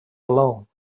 alone